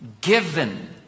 Given